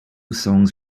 songs